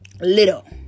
little